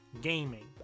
gaming